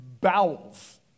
bowels